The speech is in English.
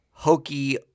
Hokey